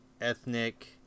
ethnic